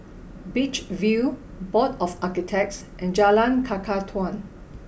Beach View Board of Architects and Jalan Kakatua